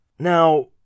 Now